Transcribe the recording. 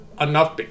enough